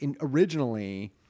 originally